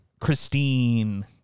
Christine